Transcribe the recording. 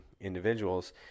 individuals